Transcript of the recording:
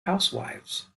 housewives